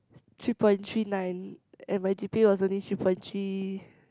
three point three nine and my G_P_A was only three point three